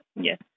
Yes